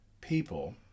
people